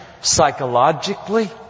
psychologically